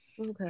Okay